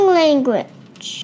language